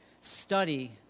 study